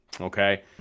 okay